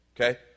Okay